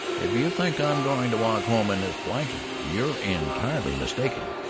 if you think i'm going to walk home in this blanket, you're entirely mistaken.